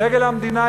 דגל המדינה,